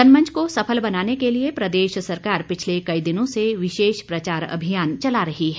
जनमंच को सफल बनाने के लिए प्रदेश सरकार पिछले कई दिनों से विशेष प्रचार अभियान चला रही है